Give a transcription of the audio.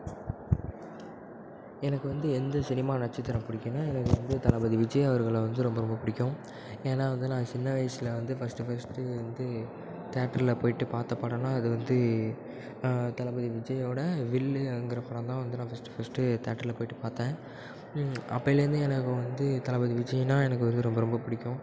எனக்கு வந்து எந்த சினிமா நட்சத்திரம் பிடிக்குனா எனக்கு வந்து தளபதி விஜய் அவர்களை வந்து ரொம்ப ரொம்ப பிடிக்கும் ஏனால் வந்து நான் சின்ன வயதுல வந்து ஃபஸ்ட்டு ஃபஸ்ட்டு வந்து தியேட்டரில் போயிட்டு பார்த்த படம்னா அது வந்து தளபதி விஜய்யோட வில்லுங்கிற படம் தான் வந்து நான் ஃபஸ்ட்டு ஃபஸ்ட்டு தியேட்டரில் போயிட்டு பார்த்தேன் அப்போலேர்ந்து எனக்கு வந்து தளபதி விஜய்னால் எனக்கு வந்து ரொம்ப ரொம்ப பிடிக்கும்